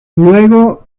luego